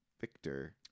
Victor